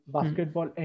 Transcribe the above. Basketball